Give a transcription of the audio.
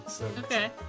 Okay